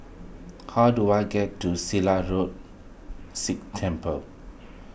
how do I get to Silat Road Sikh Temple